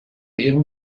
ihrem